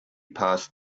passed